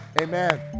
Amen